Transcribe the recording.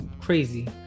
crazy